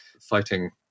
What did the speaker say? fighting